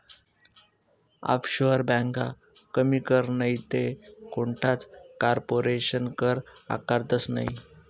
offshore ब्यांका कमी कर नैते कोणताच कारपोरेशन कर आकारतंस नयी